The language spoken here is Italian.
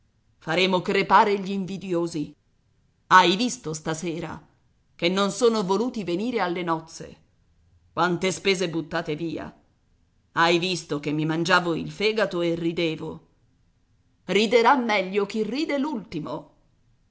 faremo crepare gli invidiosi hai visto stasera che non son voluti venire alle nozze quante spese buttate via hai visto che mi mangiavo il fegato e ridevo riderà meglio chi ride